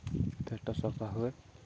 ପେଟ ସଫା ହୁଏ